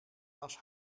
was